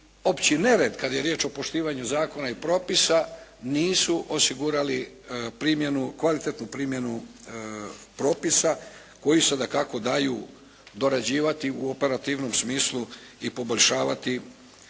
opći nered kada je riječ o poštivanju zakona i propisa nisu osigurali primjenu, kvalitetnu primjenu propisa koji se dakako daju dorađivati u operativnom smislu i poboljšavati